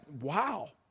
wow